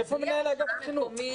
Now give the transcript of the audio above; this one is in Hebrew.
איפה מנהל אגף החינוך?